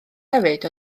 hefyd